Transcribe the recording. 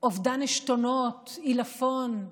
לאובדן עשתונות, עילפון,